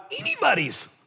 anybody's